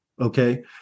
okay